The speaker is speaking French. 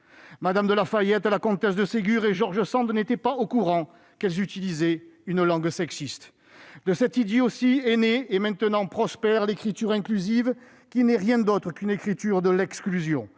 Mme de La Fayette, la comtesse de Ségur et George Sand n'étaient pas au courant qu'elles utilisaient une langue sexiste. De cette idiotie est née- et maintenant prospère -l'écriture inclusive, qui n'est rien d'autre qu'une écriture de l'exclusion.